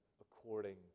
according